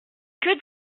que